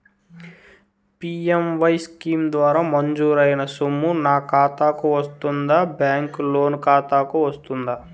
PMAY scheme ద్వారా మంజూరైన సొమ్ము నా ఖాతా కు వస్తుందాబ్యాంకు లోన్ ఖాతాకు వస్తుందా?